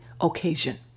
occasion